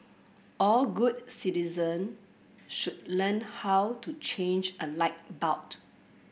all good citizen should learn how to change a light bulb